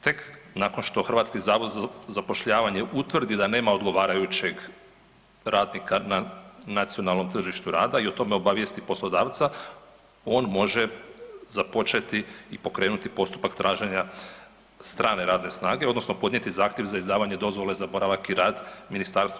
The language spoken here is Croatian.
Tek nakon što HZZ utvrdi da nema odgovarajućeg radnika na nacionalnom tržištu rada i o tome obavijesti poslodavca on može započeti i pokrenuti postupak traženja strane radne snage odnosno podnijeti zahtjev za izdavanje dozvole za boravak i rad MUP-u.